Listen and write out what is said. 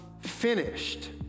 finished